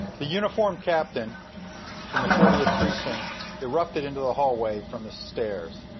the uniform captain from the fortieth precinct erupted into the hallway from the stairs.